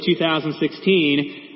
2016